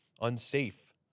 unsafe